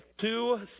Two